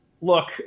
look